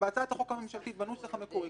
בנוסח המקורי,